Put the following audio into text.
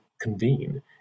convene